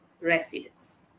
residents